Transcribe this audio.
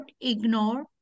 ignore